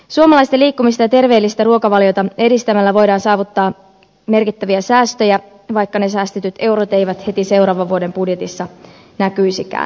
suomalaisten liikkumista ja terveellistä ruokavaliota edistämällä voidaan saavuttaa merkittäviä säästöjä vaikka ne säästetyt eurot eivät heti seuraavan vuoden budjetissa näkyisikään